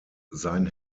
sein